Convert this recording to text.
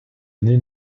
année